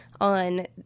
On